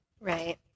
Right